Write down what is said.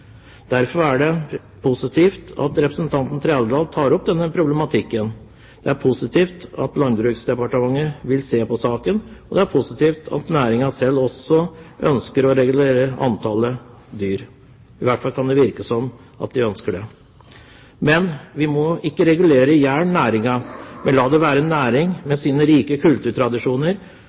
Derfor er det positivt at representanten Trældal tar opp denne problematikken. Det er positivt at Landbruksdepartementet vil se på saken, og det er positivt at næringen selv også ønsker å regulere antallet dyr – i hvert fall kan det virke som at de ønsker det. Men vi må ikke regulere i hjel næringen, men la det være en næring med sine rike kulturtradisjoner